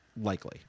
likely